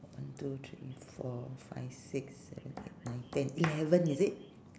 one two three four five six seven eight nine ten eleven is it